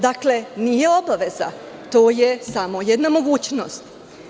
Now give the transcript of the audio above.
Dakle, nije obaveza, to je samo jedna mogućnost.